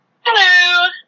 Hello